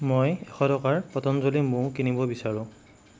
মই এশ টকাৰ পতঞ্জলী মৌ কিনিব বিচাৰোঁ